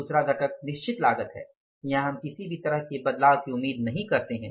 दूसरा घटक निश्चित लागत है यहाँ हम किसी भी तरह के बदलाव की उम्मीद नहीं करते हैं